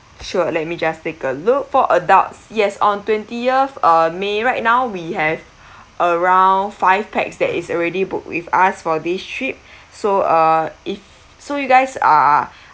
sure let me just take a look for adults yes on twentieth of may right now we have around five pax that is already booked with us for this trip so